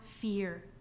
fear